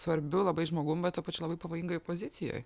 svarbiu labai žmogum bet tuo pačiu labai pavojingoj pozicijoj